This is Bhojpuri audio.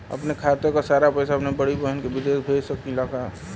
अपने खाते क सारा पैसा अपने बड़ी बहिन के विदेश भेज सकीला का?